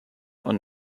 und